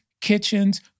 kitchens